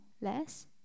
Less